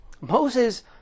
Moses